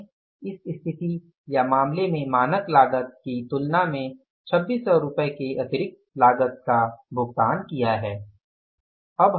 हमने इस स्थिति या मामले में मानक लागत की तुलना में 2600 रुपये के अतिरिक्त लागत का भुगतान किया है